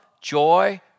joy